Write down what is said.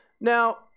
Now